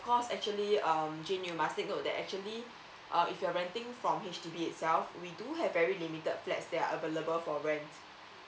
cost actually um jane you must take note that actually uh if you're renting from H_D_B itself we do have very limited flats that are available for rent